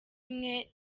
imwe